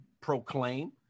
proclaim